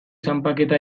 zanpaketa